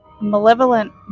malevolent